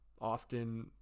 Often